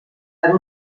per